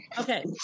Okay